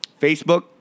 Facebook